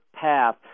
path